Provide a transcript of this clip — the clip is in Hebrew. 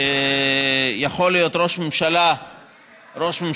שיכול להיות ראש ממשלה ותחתיו